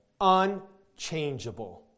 unchangeable